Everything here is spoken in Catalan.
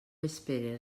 espere